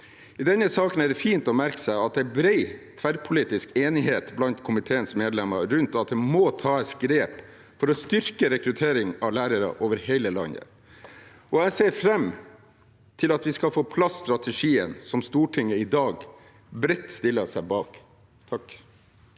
I denne saken er det fint å merke seg at det er bred tverrpolitisk enighet blant komiteens medlemmer rundt at det må tas grep for å styrke rekrutteringen av lærere over hele landet. Jeg ser fram til at vi skal få på plass strategien som Stortinget i dag bredt stiller seg bak.